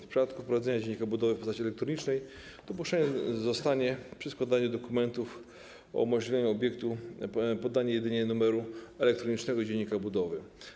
W przypadku prowadzenia dziennika budowy w postaci elektronicznej dopuszczone zostanie przy składaniu dokumentów o użytkowanie obiektu podanie jedynie numeru elektronicznego dziennika budowy.